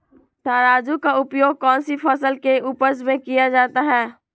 तराजू का उपयोग कौन सी फसल के उपज में किया जाता है?